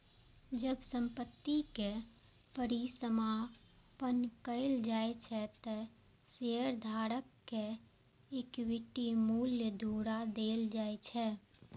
जब संपत्ति के परिसमापन कैल जाइ छै, ते शेयरधारक कें इक्विटी मूल्य घुरा देल जाइ छै